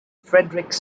friedrich